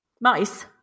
Mice